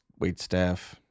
waitstaff